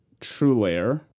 TrueLayer